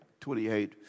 28